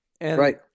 Right